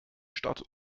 stadt